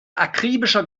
akribischer